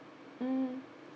mm